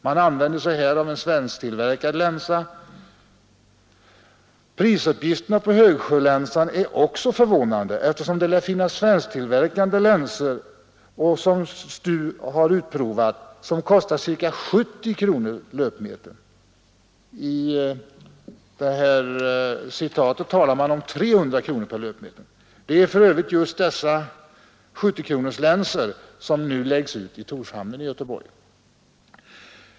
Man använder sig här av en svensktillverkad länsa. Prisuppgifterna på högsjölänsen är också förvånande, eftersom det lär finnas svensktillverkade av STU utprovade länsor, som kostar cirka 70 kronor löpmetern. I citatet ur Göteborgs-Posten anges kostnaden till 300 kronor per löpmeter. Det är för övrigt just dessa länsor som läggs ut i Torshamnen i Göteborg.